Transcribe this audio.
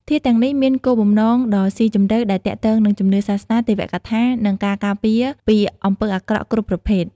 ធាតុទាំងនេះមានគោលបំណងដ៏ស៊ីជម្រៅដែលទាក់ទងនឹងជំនឿសាសនា ទេវកថា និងការការពារពីអំពើអាក្រក់គ្រប់ប្រភេទ។